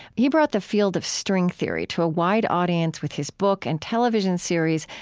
he brought the field of string theory to a wide audience with his book and television series,